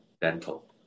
Dental